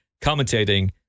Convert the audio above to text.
commentating